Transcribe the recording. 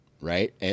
right